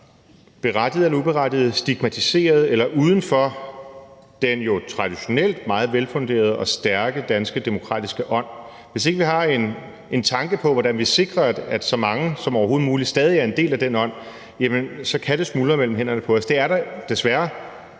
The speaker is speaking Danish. berettiget eller uberettiget – føler sig stigmatiseret eller uden for den jo traditionelt meget velfunderede og stærke danske demokratiske ånd, og hvis vi ikke har en tanke på, hvordan vi sikrer, at så mange som overhovedet muligt stadig er en del af den ånd, så kan det smuldre mellem hænderne på os. Det er der desværre